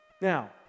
Now